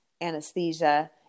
anesthesia